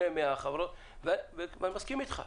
אני מסכים אתך,